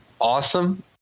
awesome